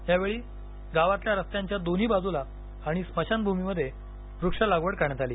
या वेळी गावातील रस्त्यांच्या दोन्ही बाजूला आणि स्मशानभूमीमध्ये वृक्ष लागवड करण्यात आली